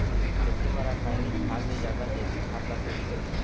खेती म रसायनिक खाद ले जादा जैविक खाद ला देथे